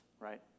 right